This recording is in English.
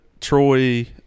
Troy